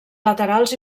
laterals